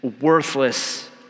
worthless